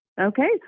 Okay